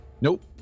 Nope